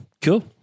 cool